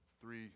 three